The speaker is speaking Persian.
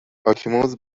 اکیموز